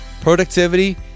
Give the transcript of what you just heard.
productivity